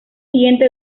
siguiente